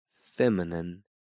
feminine